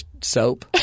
soap